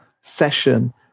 session